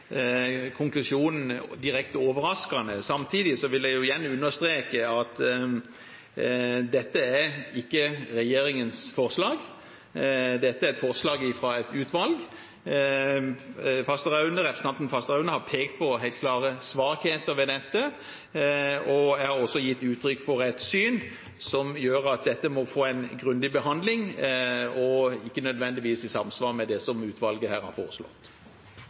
konklusjonen direkte overraskende. Samtidig vil jeg igjen understreke at dette ikke er regjeringens forslag. Dette er et forslag fra et utvalg. Representanten Fasteraune har pekt på helt klare svakheter ved dette, og jeg har også gitt uttrykk for et syn som gjør at dette må få en grundig behandling og ikke nødvendigvis i samsvar med det som utvalget her har foreslått.